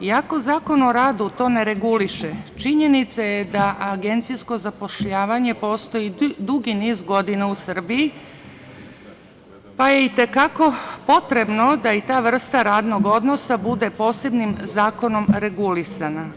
Iako Zakon o radu to ne reguliše činjenica je da agencijsko zapošljavanje postoji dugi niz godina u Srbiji, pa je i te kako potrebno da i ta vrsta radnog odnosa bude posebnim zakonom regulisana.